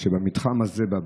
שבמתחם הזה,